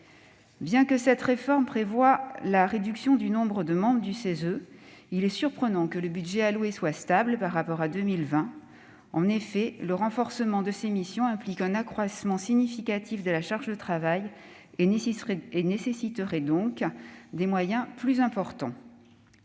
Bien que cette réforme prévoie la réduction du nombre de membres du CESE, il est surprenant que le budget alloué soit stable par rapport à 2020. Eh oui ! En effet, le renforcement de ses missions implique un accroissement significatif de la charge de travail et nécessiterait donc des moyens plus importants.